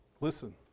Listen